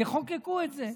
תחוקקו את זה.